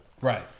Right